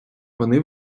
вони